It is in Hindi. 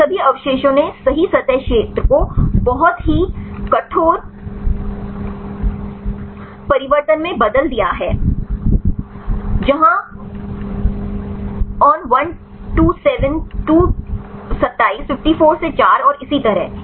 इन सभी अवशेषों ने सही सतह क्षेत्र को बहुत ही कठोर परिवर्तन में बदल दिया है जहां on127 to 27 54 से 4 और इसी तरह